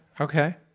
Okay